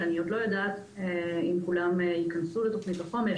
שאני עוד לא יודעת אם כולם התכנסו לתוכנית החומש,